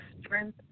strength